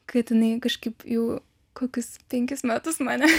kad jinai kažkaip jau kokius penkis metus mane